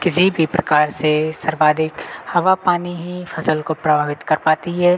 किसी भी प्रकार से सर्वाधिक हवा पानी ही फसल को प्रभावित कर पाती है